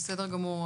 בבקשה,